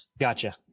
Gotcha